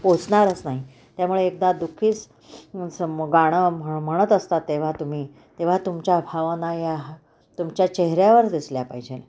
पोचणारच नाही त्यामुळे एकदा दुःखीच स गाणं म्ह म्हणत असतात तेव्हा तुम्ही तेव्हा तुमच्या भावना या तुमच्या चेहऱ्यावर दिसल्या पाहिजे